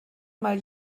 mal